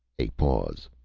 a pause.